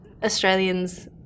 Australians